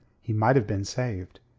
he might have been saved.